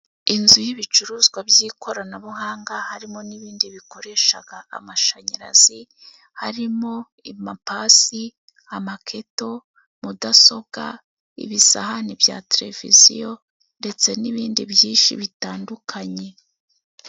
Inzu y’ibicuruzwa by’ikoranabuhanga, harimo n’ibindi bikoresha amashanyarazi, harimo: amapasi, amaketo, mudasobwa, ibisahani bya televiziyo, ndetse n’ibindi byinshi bitandukanye.